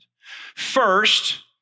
First